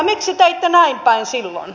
miksi teitte näin päin silloin